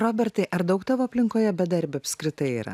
robertai ar daug tavo aplinkoje bedarbių apskritai yra